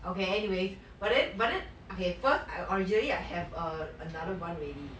okay anyway but then but then okay first I originally I have err another [one] already